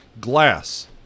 Glass